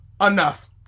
enough